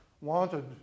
wanted